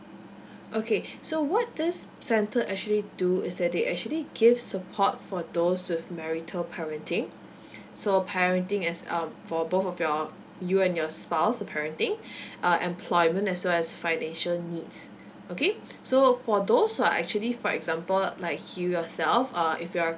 okay so what this centre actually do is that they actually give support for those with marital parenting so parenting as um for both of your you and your spouse the parenting uh employment as well as financial needs okay so for those who are actually for example like you yourself uh if you're a